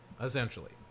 Essentially